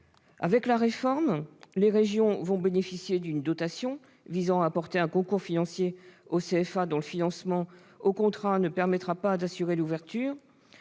Avec la réforme, les régions vont bénéficier d'une dotation visant à apporter un concours financier aux CFA, dont le financement au contrat ne permettra pas d'assurer l'ouverture,